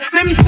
Sim